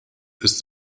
ist